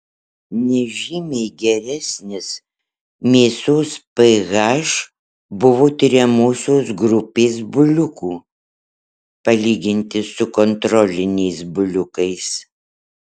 nežymiai geresnis mėsos ph buvo tiriamosios grupės buliukų palyginti su kontroliniais buliukais